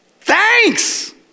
Thanks